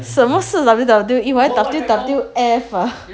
什么是 W_W_E 我还 W_W_F ah